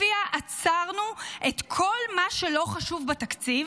שלפיה עצרנו את כל מה שלא חשוב בתקציב,